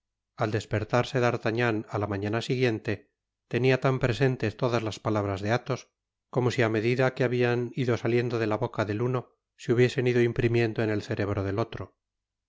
al dispertarse d'artagnan á la mañana siguiente tenia tan presentes todas las palabras de athos como si á medida que habian ido saliendo de la boca del uno se hubiesen ido imprimiendo en el cerebro del otro